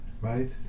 Right